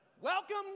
Welcome